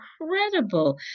incredible